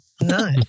No